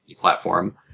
platform